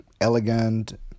elegant